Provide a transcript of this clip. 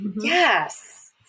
Yes